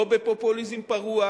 לא בפופוליזם פרוע,